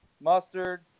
mustard